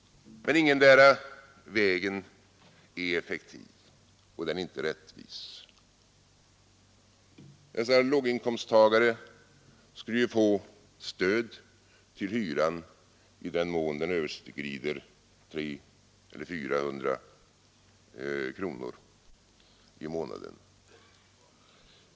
Men ingendera vägen är effektiv och ingendera är rättvis. Dessa låginkomsttagare skulle ju få stöd till hyran i den mån den överskrider 300 eller 400 kronor i månaden.